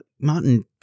Martin